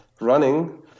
running